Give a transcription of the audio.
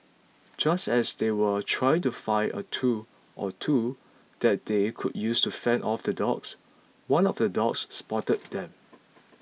just as they were trying to find a tool or two that they could use to fend off the dogs one of the dogs spotted them